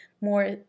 more